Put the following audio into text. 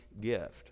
gift